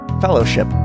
fellowship